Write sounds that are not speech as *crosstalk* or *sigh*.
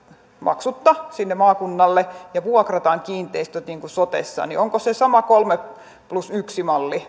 maksutta sinne maakunnalle ja vuokrataan kiinteistöt niin kuin sotessa onko se sama kolme plus yksi malli *unintelligible*